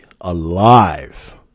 alive